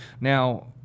Now